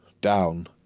Down